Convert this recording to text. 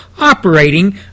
operating